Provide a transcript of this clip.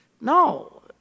No